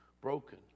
broken